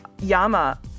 Yama